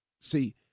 See